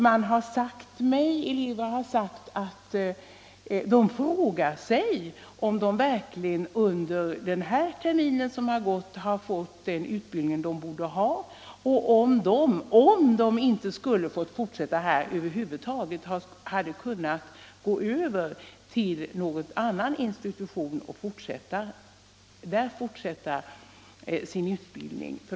Elever har sagt att de frågar sig om de verkligen under den termin som gått har fått den utbildning de borde ha och om de, ifall de inte skulle ha fått fortsätta vid denna utbildningsanstalt, över huvud taget hade kunnat gå över till någon annan institution och där fortsätta sin utbildning.